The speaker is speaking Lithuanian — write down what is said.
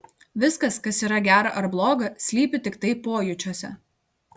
viskas kas yra gera ar bloga slypi tiktai pojūčiuose